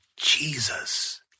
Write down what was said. Jesus